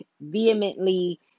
vehemently